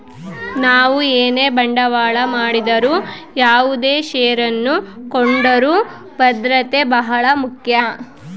ನಾವು ಏನೇ ಬಂಡವಾಳ ಮಾಡಿದರು ಯಾವುದೇ ಷೇರನ್ನು ಕೊಂಡರೂ ಭದ್ರತೆ ಬಹಳ ಮುಖ್ಯ